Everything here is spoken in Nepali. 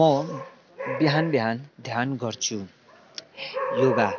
म बिहान बिहान ध्यान गर्छु योगा